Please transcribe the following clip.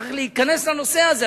צריך להיכנס לנושא הזה.